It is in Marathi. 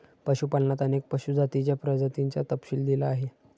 पशुपालनात अनेक पशु जातींच्या प्रजातींचा तपशील दिला आहे